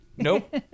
Nope